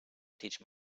teach